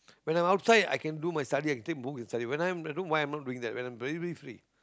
when I'm outside I can do my study I can take book and study when I'm at home why I'm not doing that when I'm very very free